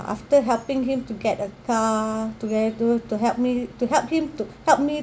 after helping him to get a car to get to to help me to help him to help me